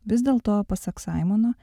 vis dėlto pasak saimoną